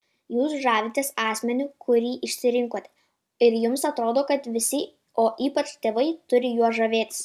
jūs žavitės asmeniu kurį išsirinkote ir jums atrodo kad visi o ypač tėvai turi juo žavėtis